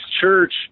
church